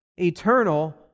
Eternal